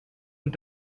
und